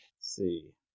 see